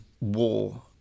war